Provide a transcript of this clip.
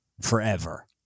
forever